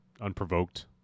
unprovoked